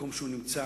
מקום שהוא נמצא.